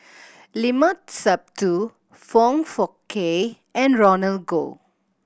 Limat Sabtu Foong Fook Kay and Roland Goh